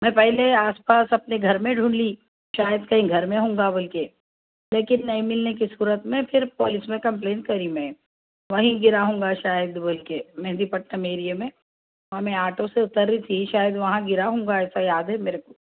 میں پہلے آس پاس اپنے گھر میں ڈھونڈھ لی شاید کہیں گھر میں ہوں گا بول کے لیکن نہیں ملنے کی صورت میں پھر پولیس میں کمپلین کری میں وہیں گرا ہوں گا شاید بول کے مہندی پٹنم ایریے میں اور میں آٹو سے اتر رہی تھی شاید وہاں گرا ہوں گا ایسا یاد ہے میرے کو